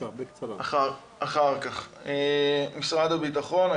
אני משתף ברשותכם את השקף: כשעושים את הקבוצה האבחונית יושבת